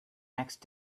next